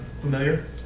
familiar